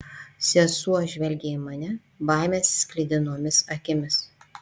sesuo žvelgė į mane baimės sklidinomis akimis